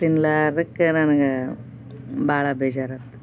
ತಿನ್ಲಾರ್ದಕ್ಕೆ ನನಗೆ ಭಾಳ ಬೇಜಾರಾಯ್ತು